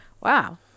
Wow